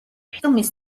ფილმის